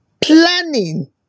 Planning